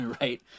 Right